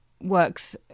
works